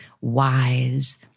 wise